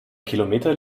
kilometer